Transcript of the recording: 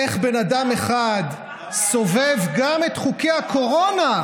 איך בן אדם אחד סובב גם את חוקי הקורונה,